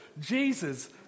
Jesus